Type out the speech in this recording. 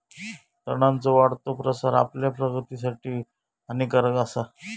तणांचो वाढतो प्रसार आपल्या प्रगतीसाठी हानिकारक आसा